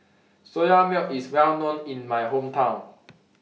Soya Milk IS Well known in My Hometown